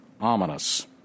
ominous